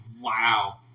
Wow